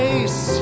Face